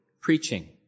preaching